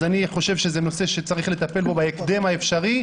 אז אני חושב שזה נושא שצריך לטפל בו בהקדם האפשרי.